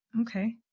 Okay